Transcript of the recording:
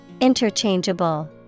Interchangeable